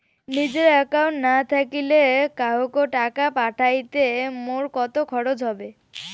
নিজের একাউন্ট না থাকিলে কাহকো টাকা পাঠাইতে মোর কতো খরচা হবে?